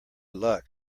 luck